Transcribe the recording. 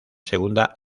segunda